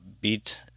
beat